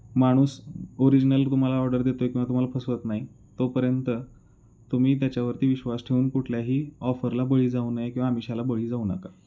माणूस ओरिजनल तुम्हाला ऑर्डर देतो आहे किंवा तुम्हाला फसवत नाही तोपर्यंत तुम्ही त्याच्यावरती विश्वास ठेवून कुठल्याही ऑफरला बळी जाऊ नये किंवा आमिशाला बळी जाऊ नका